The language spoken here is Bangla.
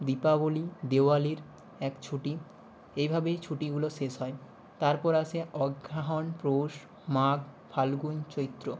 দীপাবলি দেওয়ালির এক ছুটি এইভাবেই ছুটিগুলো শেষ হয় তারপর আসে অগ্রহায়ণ পৌষ মাঘ ফাল্গুন চৈত্র